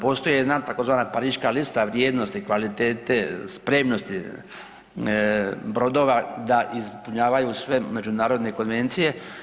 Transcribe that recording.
Postoji jedna tzv. pariška lista vrijednosti kvalitete, spremnosti brodova da ispunjavaju sve međunarodne konvencije.